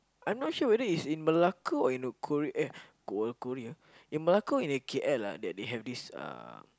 I'm not sure whether if it's in Malacca or eh Korea in Malacca or in K_L ah that they have this uh